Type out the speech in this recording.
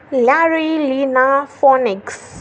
लारई लिना फोनेक्स